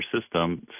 system